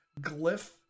glyph